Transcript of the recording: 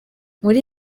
muri